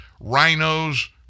rhinos